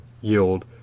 yield